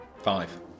Five